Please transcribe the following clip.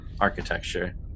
architecture